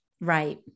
Right